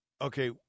Okay